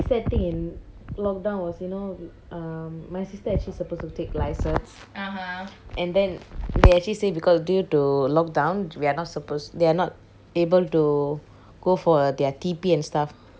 the only sad thing in lockdown was you know uh my sister actually supposed to take license and then they actually say because due to lockdown we are not supposed they are not able to go for their T_P and stuff